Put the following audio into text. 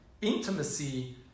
intimacy